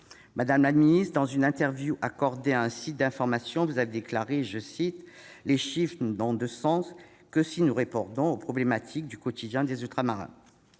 Madame la ministre, dans une interview accordée à un site d'information, vous avez déclaré :« Ces chiffres n'ont de sens que si nous répondons aux problématiques du quotidien des Ultramarins.